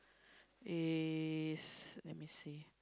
is let me see